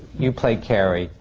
you play carrie.